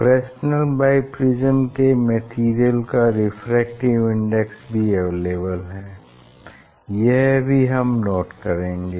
Fresnel biprism के material का refractive index भी अवेलेबल है यह भी हम नोट करेंगे